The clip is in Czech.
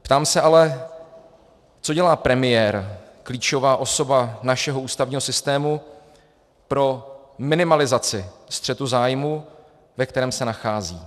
Ptám se ale, co dělá premiér, klíčová osoba našeho ústavního systému pro minimalizaci střetu zájmu, ve kterém se nachází?